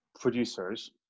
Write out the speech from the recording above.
producers